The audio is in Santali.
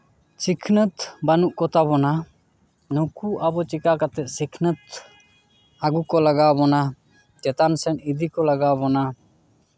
ᱥᱤᱠᱷᱱᱟᱹᱛ ᱵᱟᱹᱱᱩᱜ ᱠᱚᱛᱟ ᱵᱚᱱᱟ ᱱᱩᱠᱩ ᱟᱵᱚ ᱪᱤᱠᱟᱹ ᱠᱟᱛᱮᱫ ᱥᱤᱠᱷᱱᱟᱹᱛ ᱟᱹᱜᱩ ᱠᱚ ᱞᱟᱜᱟᱣ ᱵᱚᱱᱟ ᱪᱮᱛᱟᱱ ᱥᱮᱱ ᱤᱫᱤ ᱠᱚ ᱞᱟᱜᱟᱣ ᱵᱚᱱᱟ